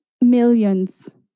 millions